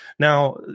Now